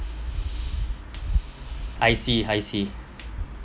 I see I see